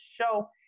Show